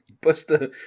Buster